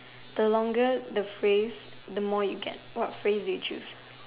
the longer the phrase the more you get what phrase do you choose